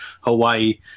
Hawaii